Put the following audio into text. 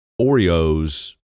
Oreos